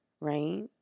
right